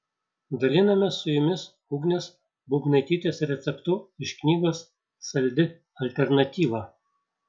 dalinamės su jumis ugnės būbnaitytės receptu iš knygos saldi alternatyva